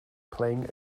playing